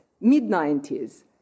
mid-90s